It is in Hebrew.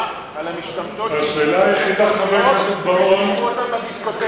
על המשתמטות שהצהירו שהן דתיות וזימנו אותן לדיסקוטק ביום שישי.